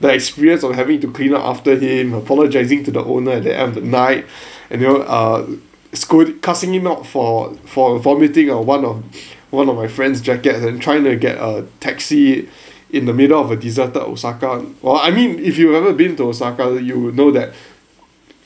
the experience of having to clean up after him apologising to the owner and at the end of the night and you're ah squid cussing him out for for vomiting on one of one of my friend's jackets and trying to get a taxi in the middle of a deserted osaka well I mean if you've ever been to osaka then you would know that